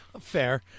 fair